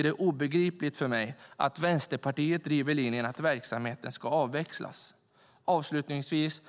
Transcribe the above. är obegripligt för mig att Vänsterpartiet driver linjen att verksamheten ska avvecklas i stället för att välkomna parlamentets tuffare styrning av Frontex.